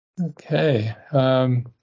Okay